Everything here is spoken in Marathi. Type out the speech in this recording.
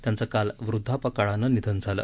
त्यांचं काल वृदधापकाळानं निधन झाले